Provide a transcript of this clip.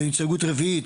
הסתייגות רביעית,